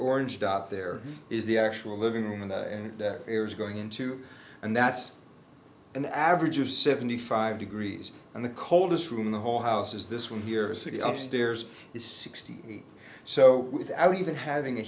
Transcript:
orange dot there is the actual living room and and air is going into and that's an average of seventy five degrees and the coldest room in the whole house is this one here a city up stairs is sixty so without even having a